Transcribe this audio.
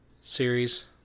series